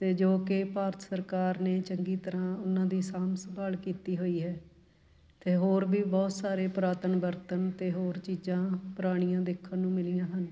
ਅਤੇ ਜੋ ਕਿ ਭਾਰਤ ਸਰਕਾਰ ਨੇ ਚੰਗੀ ਤਰ੍ਹਾਂ ਉਹਨਾਂ ਦੀ ਸਾਂਭ ਸੰਭਾਲ ਕੀਤੀ ਹੋਈ ਹੈ ਅਤੇ ਹੋਰ ਵੀ ਬਹੁਤ ਸਾਰੇ ਪੁਰਾਤਨ ਬਰਤਨ ਅਤੇ ਹੋਰ ਚੀਜ਼ਾਂ ਪੁਰਾਣੀਆਂ ਦੇਖਣ ਨੂੰ ਮਿਲੀਆਂ ਹਨ